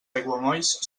aiguamolls